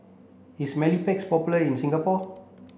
is Mepilex popular in Singapore